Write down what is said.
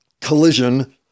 collision